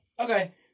Okay